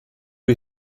les